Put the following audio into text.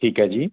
ਠੀਕ ਹੈ ਜੀ